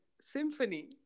symphony